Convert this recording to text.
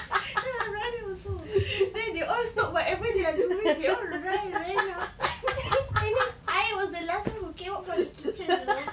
then my brother also then they all stop whatever they are doing they all ran ran out and then I was the last one who came out from the kitchen you know